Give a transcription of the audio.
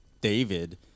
David